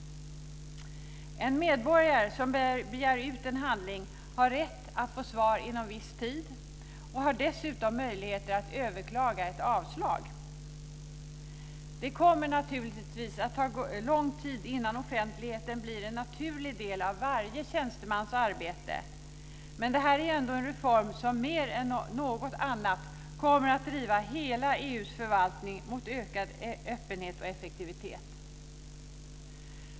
En medborgare som begär ut en handling har rätt att få svar inom viss tid och har dessutom möjlighet att överklaga ett avslag. Det kommer naturligtvis att ta lång tid innan offentligheten blir en naturlig del av varje tjänstemans arbete, men detta är ändå en reform som mer än något annat kommer att driva hela EU:s förvaltning mot ökad öppenhet och effektivitet.